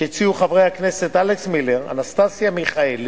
קריאה שנייה וקריאה שלישית.